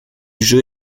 jeu